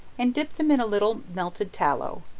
and dip them in a little melted tallow,